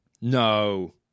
No